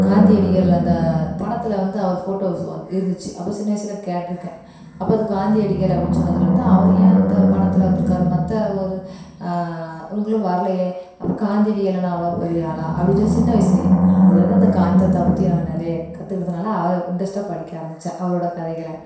காந்தியடிகள் அந்த படத்தில் வந்து அவர் ஃபோட்டோஸ் வந் இருந்துச்சு அப்போது சின்ன வயதுல கேட்டிருக்கேன் அப்போ அது காந்தியடிகள் அப்படின்னு சொன்னதிலேருந்து அவர் ஏன் இந்த பாடத்தில் வந்திருக்காரு மற்ற ஒரு இவங்களும் வரலயே அப்போ காந்தியடிகள் என்ன அவ்வளோ பெரிய ஆளா அப்படின்னு சொல்லி சின்ன வயதிலயே அதுலேயிருந்து அந்த காந்தி தாத்தா பற்றி நான் நிறைய காத்துக்கிட்டதனால அவரை இன்ட்ரெஸ்ட்டாக படிக்க ஆரம்பித்தேன் அவரோடய கதைகளை